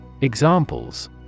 Examples